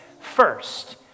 First